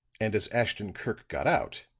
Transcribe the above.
and as ashton-kirk got out,